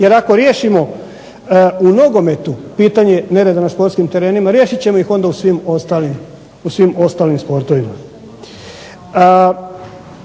jer ako riješimo u nogometu pitanje nereda na športskim terenima riješit ćemo ih onda u svim ostalim sportovima.